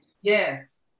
Yes